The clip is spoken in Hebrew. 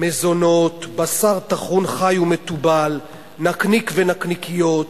מזונות, בשר טחון חי ומתובל, נקניק ונקניקיות,